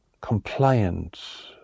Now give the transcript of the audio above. compliant